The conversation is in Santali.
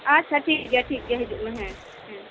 ᱟᱪᱪᱷᱟ ᱴᱷᱤᱠ ᱜᱮᱭᱟ ᱴᱷᱤᱠ ᱜᱮᱭᱟ ᱦᱤᱡᱩᱜ ᱢᱮ ᱦᱮᱸ ᱦᱮᱸ